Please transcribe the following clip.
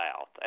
South